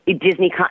Disney